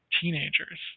teenagers